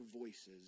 voices